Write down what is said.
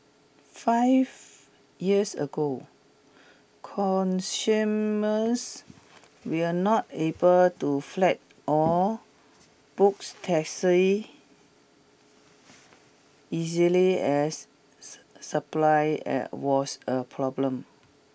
five years ago will not able to flat or books taxi easily as supply was a problem